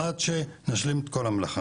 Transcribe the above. עד שנשלים את כל המלאכה.